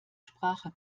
sprache